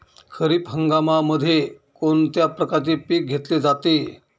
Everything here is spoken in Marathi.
खरीप हंगामामध्ये कोणत्या प्रकारचे पीक घेतले जाते?